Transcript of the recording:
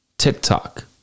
tiktok